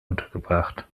untergebracht